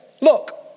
Look